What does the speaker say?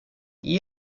iyi